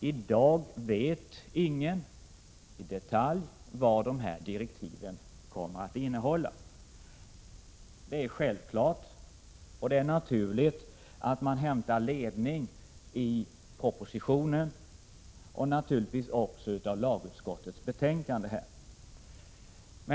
I dag vet ingen i detalj vad dessa direktiv kommer att innehålla. Det är naturligt att man hämtar ledning i propositionen och i lagutskottets betänkande.